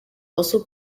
also